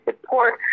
support